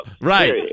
right